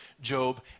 Job